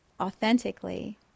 authentically